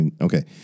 Okay